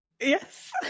Yes